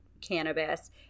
cannabis